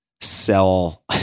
sell